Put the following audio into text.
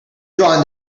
drawn